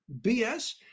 BS